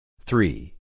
three